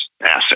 asset